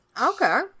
okay